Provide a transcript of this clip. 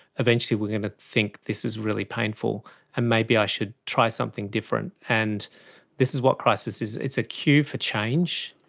eventually we're going to think this is really painful and maybe i should try something different. and this is what crisis is, it's a cue for change.